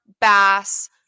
Bass